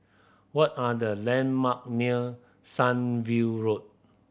what are the landmark near Sunview Road